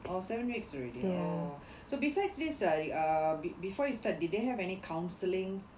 oh seven weeks already oh so besides this uh uh be~ before you start did they have any counseling